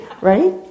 Right